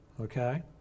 Okay